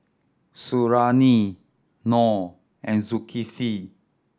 Suriani Noh and Zulkifli